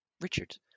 Richard